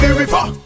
river